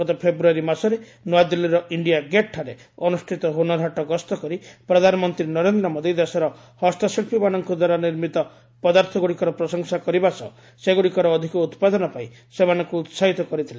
ଗତ ଫେବୃୟାରୀ ମାସରେ ନୂଆଦିଲ୍ଲୀର ଇଣ୍ଡିଆ ଗେଟ୍ଠାରେ ଅନୁଷ୍ଠିତ ହୁନରହାଟ ଗସ୍ତ କରି ପ୍ରଧାନମନ୍ତ୍ରୀ ନରେନ୍ଦ୍ର ମୋଦି ଦେଶର ହସ୍ତଶିଳ୍ପୀମାନଙ୍କ ଦ୍ୱାରା ନିର୍ମିତ ପଦାର୍ଥ ଗୁଡ଼ିକର ପ୍ରଶଂସା କରିବା ସହ ସେଗୁଡ଼ିକର ଅଧିକ ଉତ୍ପାଦନ ପାଇଁ ସେମାନଙ୍କୁ ଉତ୍କାହିତ କରିଥିଲେ